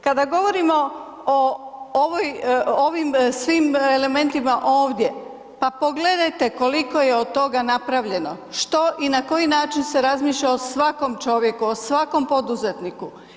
Kada govorimo o ovoj, ovim svim elementima ovdje, pa pogledajte koliko je od toga napravljeno, što i na koji način se razmišlja o svakom čovjeku, o svakom poduzetniku.